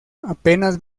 apenas